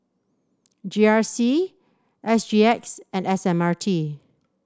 G R C S G X and S M R T